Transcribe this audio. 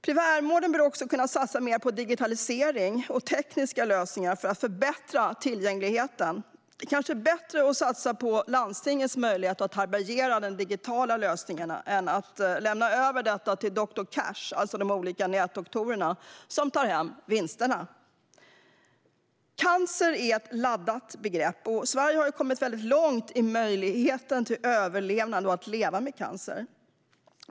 Primärvården bör också kunna satsa mer på digitalisering och tekniska lösningar för att förbättra tillgängligheten. Det är kanske bättre att satsa på landstingens möjligheter att härbärgera de digitala lösningarna än att lämna över detta till doktor Cash, det vill säga de olika nätdoktorerna, som tar hem vinsterna. Cancer är ett laddat begrepp. Sverige har kommit långt när det gäller möjligheten till överlevnad och att leva med cancer.